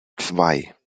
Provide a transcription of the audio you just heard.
zwei